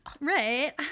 Right